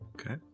Okay